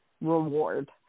reward